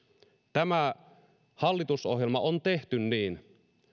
tämä hallitusohjelma on tehty niin